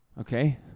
Okay